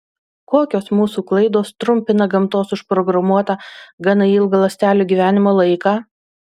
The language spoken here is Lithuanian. kokios mūsų klaidos trumpina gamtos užprogramuotą gana ilgą ląstelių gyvenimo laiką